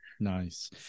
Nice